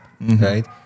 Right